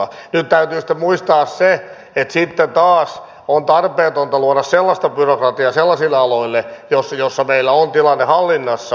nyt täytyy sitten muistaa se että sitten taas on tarpeetonta luoda sellaista byrokratiaa sellaisille aloille joissa meillä on tilanne hallinnassa